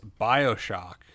Bioshock